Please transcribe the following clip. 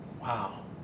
Wow